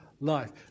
Life